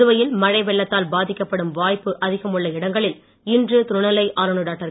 புதுவையில் மழை வெள்ளத்தால் பாதிக்கப்படும் வாய்ப்பு அதிகம் உள்ள இடங்களில் இன்று துணைநிலை ஆளுனர் டாக்டர்